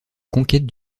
conquête